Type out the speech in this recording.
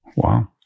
Wow